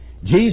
Jesus